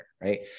right